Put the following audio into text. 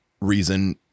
reason